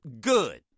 Good